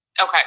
Okay